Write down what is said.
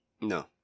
No